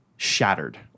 shattered